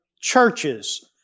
churches